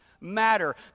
matter